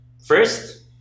First